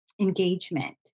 engagement